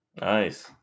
Nice